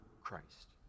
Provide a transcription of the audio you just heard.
Christ